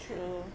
true